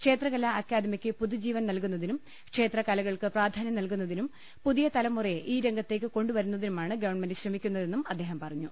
ക്ഷേത്രകലാ അക്കാദമിക്ക് പുതുജീവൻ നൽകുന്നതിനും ക്ഷേത്ര കലകൾക്ക് പ്രാധാന്യം നൽകുന്നതിനും പുതിയ തലമുറയെ ഈ രംഗത്തേക്ക് കൊണ്ടുവരുന്നതിനുമാണ് ഗവൺമെന്റ് ശ്രമിക്കുന്നതെന്നും അദ്ദേഹം പറഞ്ഞു